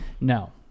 no